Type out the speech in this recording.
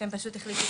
והם פשוט החליטו